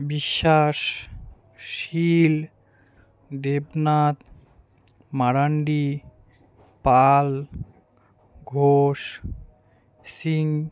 Biswas Shil Debnath Marandi Pal Ghosh Singh